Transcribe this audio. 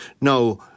no